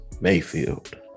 Mayfield